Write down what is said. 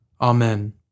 Amen